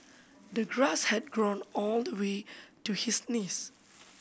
the grass had grown all the way to his knees